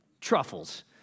truffles